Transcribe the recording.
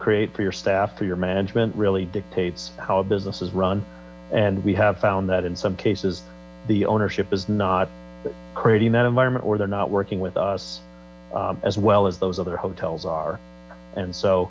create for your staff or your management really dictates how business is run and we have found that in some cases the ownership is not creating that environment or they're not working with us as well as those other hotels and so